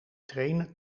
trainen